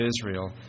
Israel